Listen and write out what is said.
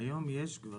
כמה